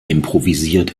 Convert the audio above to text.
improvisiert